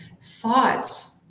Thoughts